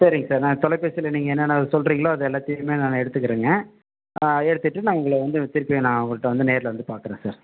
சரிங்க சார் நான் தொலைபேசியில் நீங்கள் என்னென்ன சொல்கிறீங்களோ அது எல்லாத்தையுமே நான் எடுத்துக்கிறேங்க எடுத்துட்டு நான் உங்களை வந்து திருப்பி நான் உங்கள்ட்ட வந்து நேரில் வந்து பார்க்குறேன் சார்